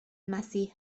مسیح